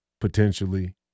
potentially